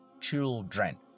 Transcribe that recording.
children